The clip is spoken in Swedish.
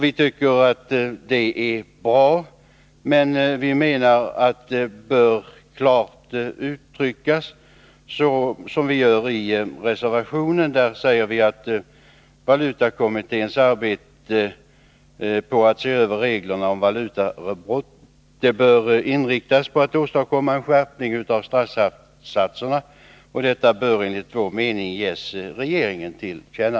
Vi tycker det är bra, men anser att detta klart bör uttryckas på det sätt som vi gör i reservationen. Där säger vi nämligen att valutakommitténs arbete på att se över reglerna om valutabrott bör inriktas på att åstadkomma en skärpning av straffsatserna. Detta bör enligt vår mening ges regeringen till känna.